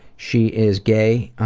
she is gay, um,